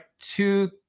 two